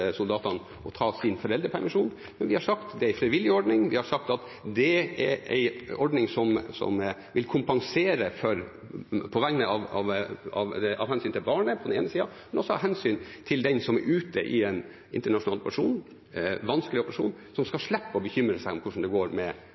er en frivillig ordning, og at det er en ordning som vil kompensere av hensyn til barnet, på den ene siden, men også av hensyn til den som er ute i en internasjonal og vanskelig operasjon, som skal slippe å bekymre seg for hvordan det går med